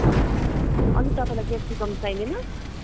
हजुर अनि तपाईँलाई क्यापसिकम चाहिँदैन